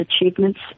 achievements